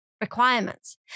requirements